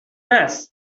mass